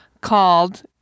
called